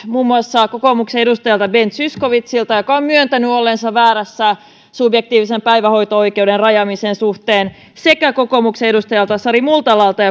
muun muassa kokoomuksen edustaja ben zyskowiczilta joka on myöntänyt olleensa väärässä subjektiivisen päivähoito oikeuden rajaamisen suhteen sekä kokoomuksen edustajalta sari multalalta